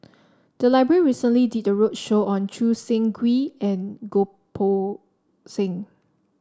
the library recently did a roadshow on Choo Seng Quee and Goh Poh Seng